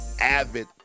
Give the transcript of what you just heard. avid